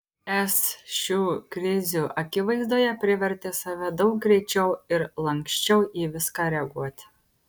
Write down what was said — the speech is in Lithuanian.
es šių krizių akivaizdoje privertė save daug greičiau ir lanksčiau į viską reaguoti